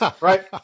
right